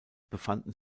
befanden